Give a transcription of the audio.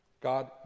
God